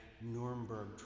Nuremberg